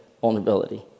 vulnerability